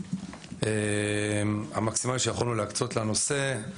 המקסימליים שיכולנו להקצות לנושא.